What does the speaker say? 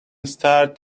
start